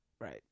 Right